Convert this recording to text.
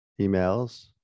Emails